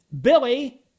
Billy